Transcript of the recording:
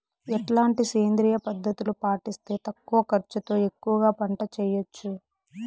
ఎట్లాంటి సేంద్రియ పద్ధతులు పాటిస్తే తక్కువ ఖర్చు తో ఎక్కువగా పంట చేయొచ్చు?